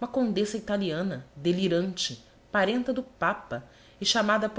uma condessa italiana delirante parente do papa e chamada